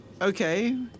okay